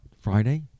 Friday